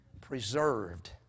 preserved